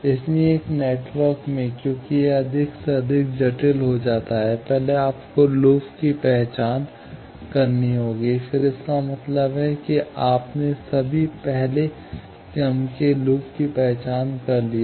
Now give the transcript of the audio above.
इसलिए एक नेटवर्क में क्योंकि यह अधिक से अधिक जटिल हो जाता है पहले आपको लूप की पहचान करनी होगी फिर इसका मतलब है कि आपने सभी पहले पहले क्रम के लूप की पहचान कर ली है